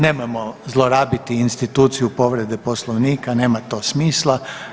Nemojmo zlorabiti instituciju povrede Poslovnika, nema to smisla.